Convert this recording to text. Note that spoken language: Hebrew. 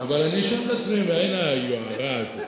אבל אני שואל את עצמי מאין היוהרה הזאת.